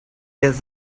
does